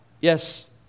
yes